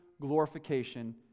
glorification